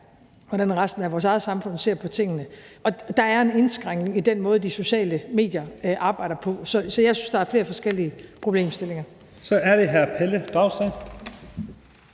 verden og resten af vores eget samfund ser på tingene. Og der er en indskrænkning i forhold til den måde, de sociale medier arbejder på. Så jeg synes, der er flere forskellige problemstillinger. Kl. 14:54 Første